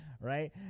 right